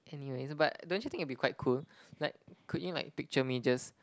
anyways but don't you think it will be quite cool like could you like picture me just